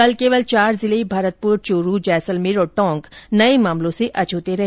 कल केवल चार जिले भरतपुर चूरू जैसलमेर और टोंक नए मामलों से अछ्ते रहे